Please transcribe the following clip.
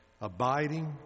Abiding